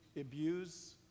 abuse